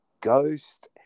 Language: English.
ghost